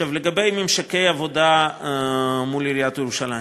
5. לגבי ממשקי עבודה מול עיריית ירושלים,